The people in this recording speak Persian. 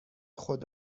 خود